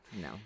No